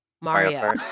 mario